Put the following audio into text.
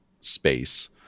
space